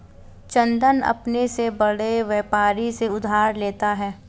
चंदन अपने से बड़े व्यापारी से उधार लेता है